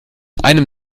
einem